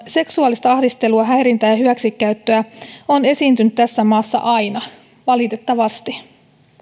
seksuaalista ahdistelua häirintää ja hyväksikäyttöä on esiintynyt tässä maassa aina valitettavasti